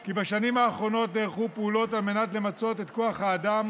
כי בשנים האחרונות נערכו פעולות כדי למצות את כוח האדם